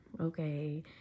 okay